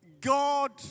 God